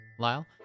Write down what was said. Lyle